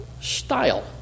style